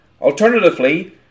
Alternatively